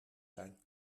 zijn